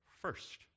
first